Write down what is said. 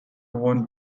won